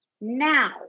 Now